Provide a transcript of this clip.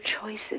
choices